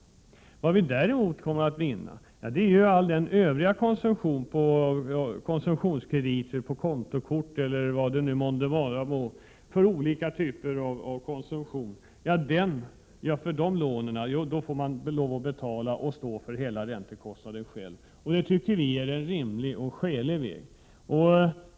Jag talar nu om boende i normalklass. Lyxboende tycker jag inte att man skall ta så stor hänsyn till. Vad vi kommer att vinna är att för alla övriga konsumtionskrediter, på kontokort eller vad det nu månde vara, får man stå för hela räntekostnaden själv. Det tycker vi är en rimlig och skälig väg.